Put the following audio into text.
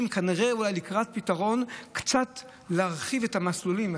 כנראה לקראת פתרון קצת להרחיב את המסלולים,